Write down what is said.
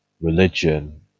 religion